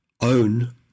own